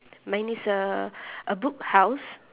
mine is a a book house